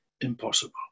impossible